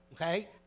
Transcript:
okay